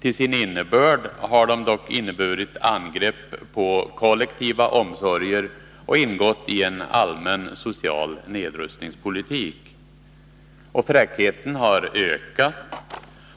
Till sin innebörd har de dock varit angrepp på kollektiva omsorger och ingått i en allmän social nedrustningspolitik. Fräckheten har ökat,